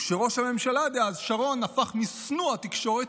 כשראש הממשלה דאז אריאל שרון הפך משנוא התקשורת